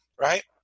right